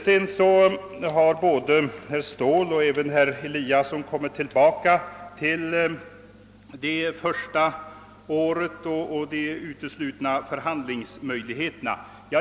Vidare har både herr Ståhl och herr Eliasson i Sundborn kommit tillbaka till det första året och de uteblivna för:- handlingsmöjligheterna.